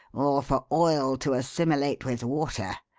or for oil to assimilate with water.